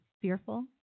fearful